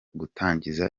gutangiza